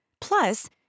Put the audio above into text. Plus